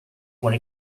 when